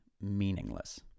meaningless